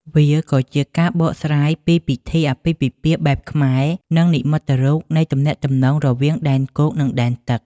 វាក៏ជាការបកស្រាយពីពិធីអាពាហ៍ពិពាហ៍បែបខ្មែរ និងនិមិត្តរូបនៃទំនាក់ទំនងរវាងដែនគោក និងដែនទឹក។